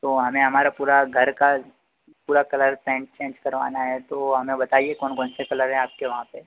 तो हमें हमारा पूरा घर का पूरा कलर पेंट चेंज करवाना है तो हमें बताइए कौन कौन से कलर हैं आपके वहाँ पर